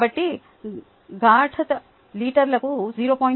కాబట్టి గాఢత లీటరుకు 0